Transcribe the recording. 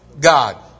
God